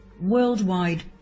worldwide